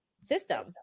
system